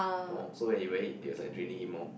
more so when he wear it it was like draining him more